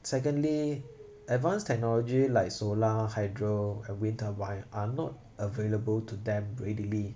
secondly advanced technology like solar hydro and wind turbine are not available to them readily